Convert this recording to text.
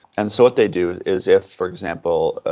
and so what they do is if, for example,